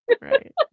right